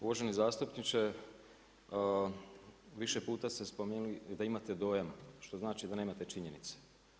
Uvaženi zastupniče, više puta ste spomenuli da imate dojam što znači da nemate činjenice.